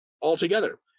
altogether